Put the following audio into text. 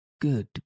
Good